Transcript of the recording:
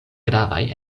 gravaj